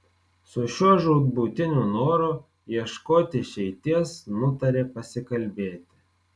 su šiuo žūtbūtiniu noru ieškoti išeities nutarė pasikalbėti